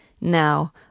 Now